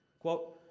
quote,